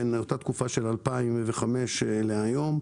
מ-2005 ועד היום,